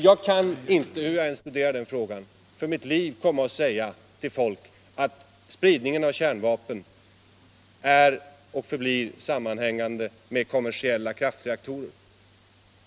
Jag kan dock inte, hur jag än studerar den frågan, för mitt liv komma och säga till folk att spridningen av kärnvapen är och förblir sammanhängande med kommersiella kraftreaktorer.